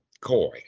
coy